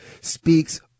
speaks